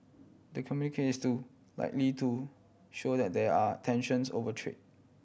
the communique is to likely to show that there are tensions over trade